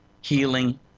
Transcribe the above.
healing